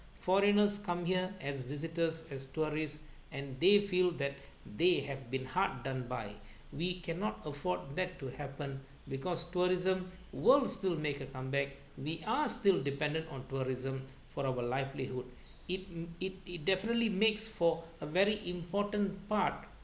foreigners come here as visitors as tourists and they feel that they have been hard done by we cannot afford that to happen because tourism will still make a comeback we are still dependent on tourism for our livelihood it it it definitely makes for a very important part